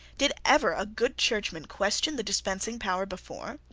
did ever a good churchman question the dispensing power before?